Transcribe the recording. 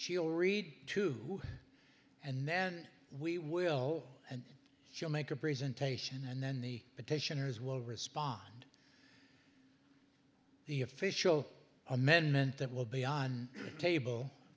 she'll read to and then we will and she'll make a presentation and then the petitioners will respond the official amendment that will be on the table